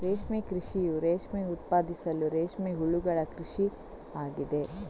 ರೇಷ್ಮೆ ಕೃಷಿಯು ರೇಷ್ಮೆ ಉತ್ಪಾದಿಸಲು ರೇಷ್ಮೆ ಹುಳುಗಳ ಕೃಷಿ ಆಗಿದೆ